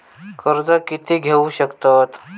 कर्ज कीती घेऊ शकतत?